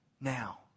Now